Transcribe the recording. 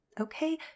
okay